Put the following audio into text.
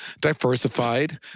diversified